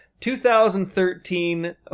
2013